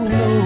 no